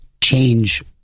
change